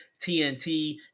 TNT